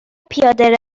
پیاده